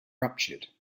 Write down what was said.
ruptured